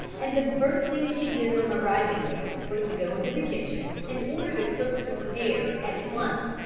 and the first thing she did on arriving there was to go into the kitchen and order the cook to prepare, at once,